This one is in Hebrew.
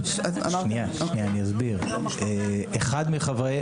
אחד מחברי,